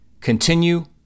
Continue